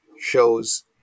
shows